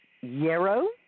yarrow